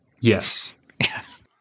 Yes